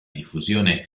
diffusione